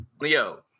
Leo